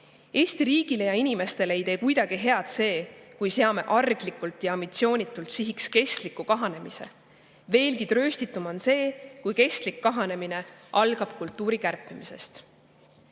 Eesti riigile ja inimestele ei tee kuidagi head see, kui seame arglikult ja ambitsioonitult sihiks kestliku kahanemise. Veelgi trööstitum on see, kui kestlik kahanemine algab kultuuri kärpimisest.